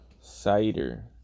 Cider